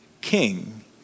king